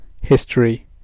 history